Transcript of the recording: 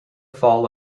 fall